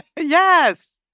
Yes